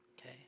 Okay